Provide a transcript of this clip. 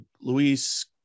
Luis